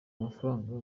amafaranga